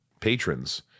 patrons